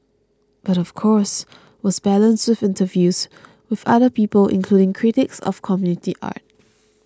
but of course was balanced with interviews with other people including critics of community art